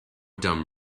dumb